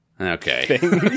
Okay